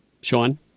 Sean